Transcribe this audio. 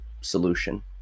solution